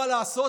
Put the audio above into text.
מה לעשות,